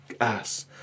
ass